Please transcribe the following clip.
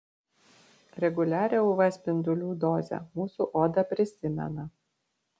reguliarią uv spindulių dozę mūsų oda prisimena